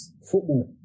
football